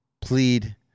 plead